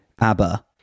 abba